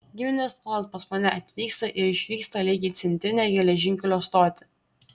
giminės nuolat pas mane atvyksta ir išvyksta lyg į centrinę geležinkelio stotį